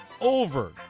over